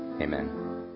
Amen